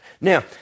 Now